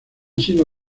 sido